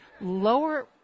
lower